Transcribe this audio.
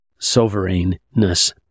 sovereignness